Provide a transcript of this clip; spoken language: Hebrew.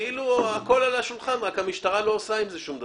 כאילו הכול על השולחן אלא שהמשטרה לא עושה עם זה שום דבר.